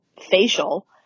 facial